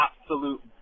absolute